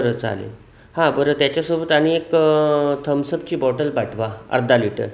बरं चालेल हां बरं त्याच्यासोबत आणि एक थम्सअपची बॉटल पाठवा अर्धा लिटर